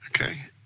Okay